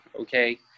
okay